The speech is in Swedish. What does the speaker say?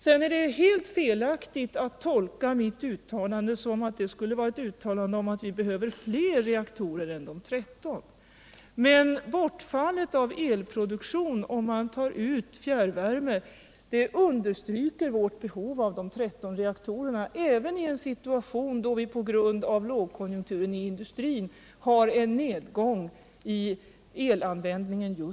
Det är helt felaktigt att tolka mitt uttalande som att jag skulle mena att vi behöver flera reaktorer än de 13. Men bortfallet av elproduktion, om man tar ut fjärrvärme, understryker vårt behov av de 13 reaktorerna även i en situation som just nu, där vi på grund av lågkonjunkturen inom industrin har en nedgång i elanvändningen.